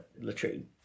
latrine